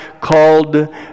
called